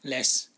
less